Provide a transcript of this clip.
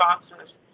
responses